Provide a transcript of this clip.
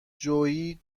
جویی